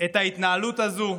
את ההתנהלות הזו,